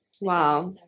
wow